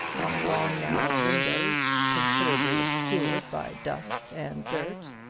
and long narrow windows considerably obscured by dust and dirt.